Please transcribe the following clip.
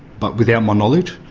but without my knowledge.